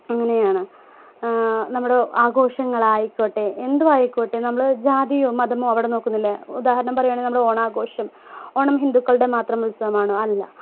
അങ്ങനെയാണ് നമ്മുടെ ആഘോഷങ്ങൾ ആ ആയിക്കോട്ടെ എന്തുമായിക്കോട്ടെ നമ്മൾ ജാതിയോ മതമോ അവിടെ നോക്കുന്നില്ല ഉദാഹരണം പറയുകയാണെങ്കിൽ നമ്മളെ ഓണാഘോഷം ഓണം ഹിന്ദുക്കളുടെ മാത്രം ഉത്സവമാണോ അല്ല